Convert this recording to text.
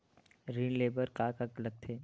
ऋण ले बर का का लगथे?